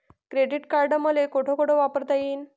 Credit card मले कोठ कोठ वापरता येईन?